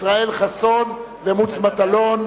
חסון ומוץ מטלון.